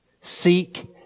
seek